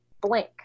blank